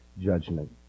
judgment